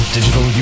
Digital